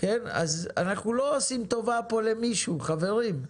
אנחנו לא עושים פה טובה למישהו, חברים.